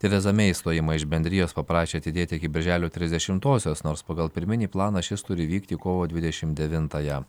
tereza mei išstojimą iš bendrijos paprašė atidėti iki birželio trisdešimtosios nors pagal pirminį planą šis turi įvykti kovo dvidešim devintąją